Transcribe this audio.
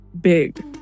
big